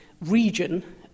region